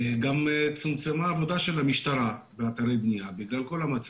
וגם צומצמה העבודה של המשטרה באתרי בנייה בגלל כל המצב,